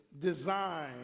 design